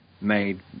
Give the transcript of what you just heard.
made